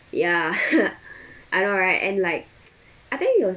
ya I know right and like I think it was